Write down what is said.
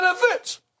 benefits